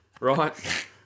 Right